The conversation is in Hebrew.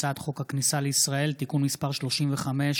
הצעת חוק הכניסה לישראל (תיקון מס' 35,